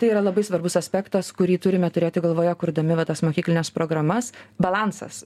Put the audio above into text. tai yra labai svarbus aspektas kurį turime turėti galvoje kurdami va tas mokyklines programas balansas